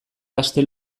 aste